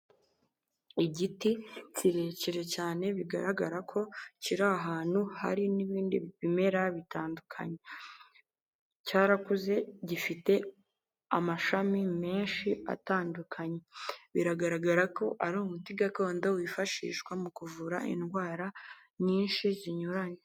Igiti kirekire cyane bigaragara ko kiri ahantu hari n'ibindi bimera bitandukanye. Cyarakuze gifite amashami menshi atandukanye, biragaragara ko ari umuti gakondo wifashishwa mu kuvura indwara nyinshi zinyuranye.